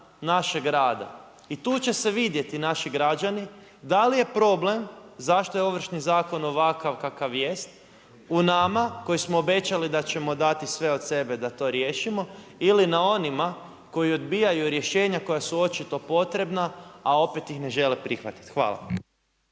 našeg rada. I tu će se vidjeti, naši građani, da li je problem zašto je Ovršni zakon ovakav kakav jest u nama koji smo obećali da ćemo dati sve od sebe da to riješimo ili na onima koji odbijaju rješenja koja su očito potrebna a opet ih ne žele prihvatiti. Hvala.